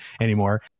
anymore